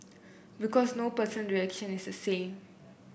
because no person reaction is the same